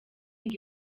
ngo